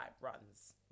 runs